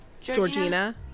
Georgina